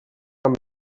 amb